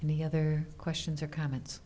any other questions or comments